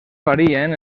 varien